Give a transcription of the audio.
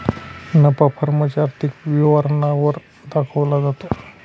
नफा फर्म च्या आर्थिक विवरणा वर दाखवला जातो